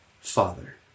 Father